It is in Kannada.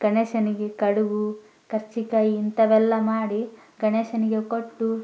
ಗಣೇಶನಿಗೆ ಕಡುಬು ಕರ್ಜಿಕಾಯಿ ಇಂಥವೆಲ್ಲ ಮಾಡಿ ಗಣೇಶನಿಗೆ ಕೊಟ್ಟು